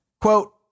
quote